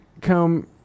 come